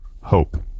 hope